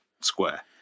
square